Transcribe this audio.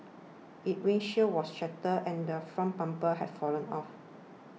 its windshield was shattered and front bumper had fallen off